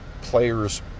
players